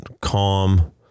calm